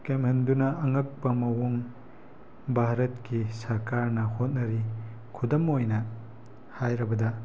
ꯀꯦꯝꯍꯟꯗꯨꯅ ꯑꯉꯛꯄ ꯃꯑꯣꯡ ꯚꯥꯔꯠꯀꯤ ꯁꯔꯀꯥꯔꯅ ꯍꯣꯠꯅꯔꯤ ꯈꯨꯗꯝ ꯑꯣꯏꯅ ꯍꯥꯏꯔꯕꯗ